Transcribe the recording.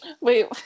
Wait